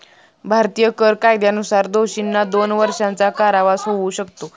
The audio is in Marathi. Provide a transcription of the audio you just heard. भारतीय कर कायद्यानुसार दोषींना दोन वर्षांचा कारावास होऊ शकतो